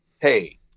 hey